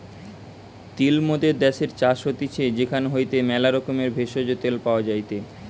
তিল মোদের দ্যাশের চাষ হতিছে সেখান হইতে ম্যালা রকমের ভেষজ, তেল পাওয়া যায়টে